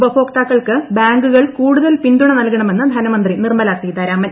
ഉപഭോക്താക്കൾക്ക് ബാങ്കുകൾ കൂടുതൽ പിന്തുണ നൽകണമെന്ന് ധനമന്ത്രി നിർമല സീതാരാമൻ